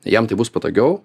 jam tai bus patogiau